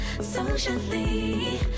socially